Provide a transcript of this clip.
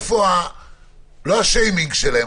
לא איפה השיימינג שלהם.